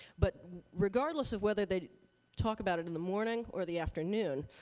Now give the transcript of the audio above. but regardless of whether they talk about it in the morning or the afternoon,